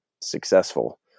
successful